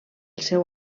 seu